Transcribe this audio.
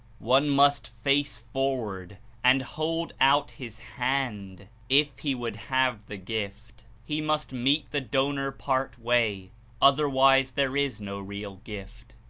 one must face forward and hold out his hand if he would have the gift he must meet the donor part way otherwise there is no real gift.